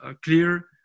clear